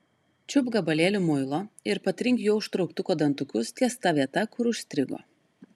čiupk gabalėlį muilo ir patrink juo užtrauktuko dantukus ties ta vieta kur užstrigo